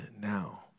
now